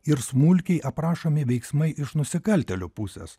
ir smulkiai aprašomi veiksmai iš nusikaltėlio pusės